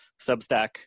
Substack